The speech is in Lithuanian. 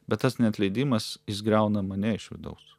bet tas neatleidimas jis griauna mane iš vidaus